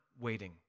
waiting